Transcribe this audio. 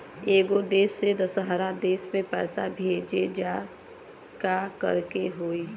एगो देश से दशहरा देश मे पैसा भेजे ला का करेके होई?